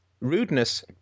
rudeness